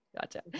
Gotcha